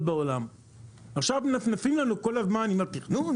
בעולם ועכשיו מנפנפים לנו כל הזמן עם התכנון